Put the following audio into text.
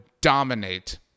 dominate